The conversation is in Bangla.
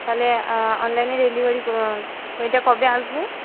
তাহলে অনলাইনে ডেলিভারি এটা কবে আসবে